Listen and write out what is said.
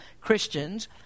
Christians